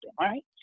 right